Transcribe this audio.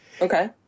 Okay